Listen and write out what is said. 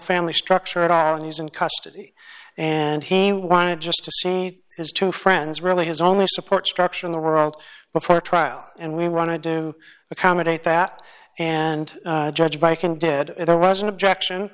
family structure at all and he's in custody and he wanted just to see his two friends really his only support structure in the world before trial and we want to do accommodate that and judge by can did there was an objection